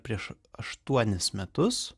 prieš aštuonis metus